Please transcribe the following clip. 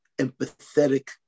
empathetic